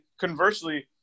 conversely